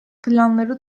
planları